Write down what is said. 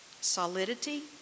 solidity